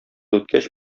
үткәч